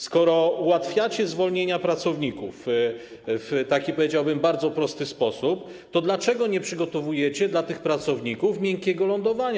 Skoro ułatwiacie zwolnienia pracowników w taki, powiedziałbym, bardzo prosty sposób, to dlaczego nie przygotowujecie dla tych pracowników miękkiego lądowania?